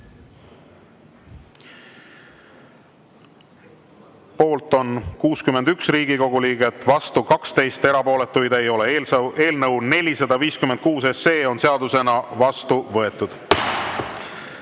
Poolt on 61 Riigikogu liiget, vastu 12, erapooletuid ei ole. Eelnõu 456 on seadusena vastu võetud.